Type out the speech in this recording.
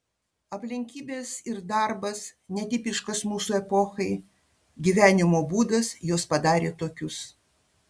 aplinkybės ir darbas netipiškas mūsų epochai gyvenimo būdas juos padarė tokius